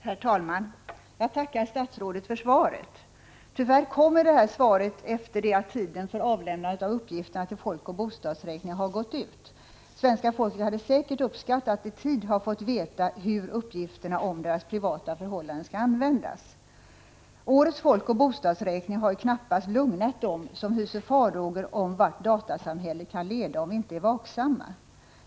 Herr talman! Jag tackar statsrådet för svaret. Tyvärr kommer det efter det att tiden för avlämnandet av uppgifterna till folkoch bostadsräkningen har gått ut. Svenska folket hade säkert uppskattat att i tid ha fått veta hur dessa uppgifter om deras privata förhållanden skall användas. Årets folkoch bostadsräkning har knappast lugnat dem som hyser farhågor för vart datasamhället skall leda om vi inte är vaksamma.